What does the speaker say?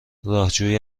راهجویی